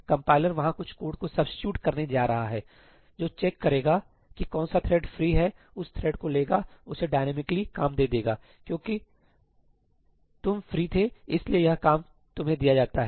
compiler वहां कुछ code को सब्सीट्यूट करने जा रहा है जो चेक करेगा कि कौन सा थ्रेड फ्री है उस थ्रेड को लेगा उसे डायनामिकली काम दे देगा क्योंकि तुम थ्रेड फ्री थे इसलिए यह काम तुम्हें दिया जाता है